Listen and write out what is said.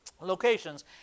locations